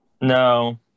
No